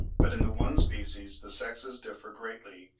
but in the one species the sexes differ greatly,